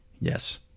yes